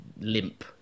limp